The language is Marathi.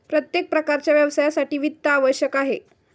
प्रत्येक प्रकारच्या व्यवसायासाठी वित्त आवश्यक आहे